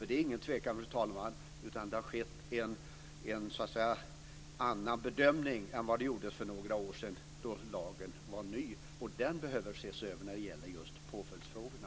Det är ingen tvekan, fru talman, om att det i dag görs en annan bedömning än vad det gjordes för några år sedan då lagen var ny. Och den behöver ses över när det gäller just påföljdsfrågorna.